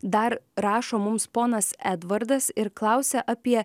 dar rašo mums ponas edvardas ir klausia apie